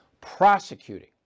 prosecuting